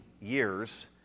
years